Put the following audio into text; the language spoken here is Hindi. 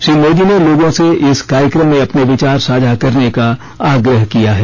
श्री मोदी ने लोगों से इस कार्यक्रम में अपने विचार साझा करने का आग्रह किया है